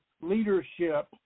leadership